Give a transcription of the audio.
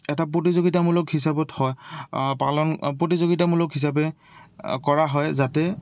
এটা প্ৰতিযোগিতামূলক হিচাপত হয় পালন প্ৰতিযোগিতামূলক হিচাপে কৰা হয় যাতে